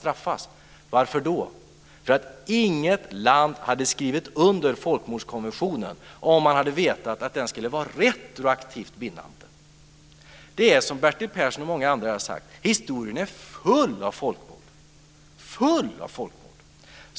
Varför det? Jo, därför att inget land hade skrivit under folkmordskonventionen om man hade vetat att den skulle vara retroaktivt bindande. Det är som Bertil Persson och många andra här har sagt: Historien är full av folkmord!